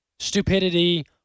stupidity